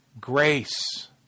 grace